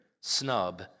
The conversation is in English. snub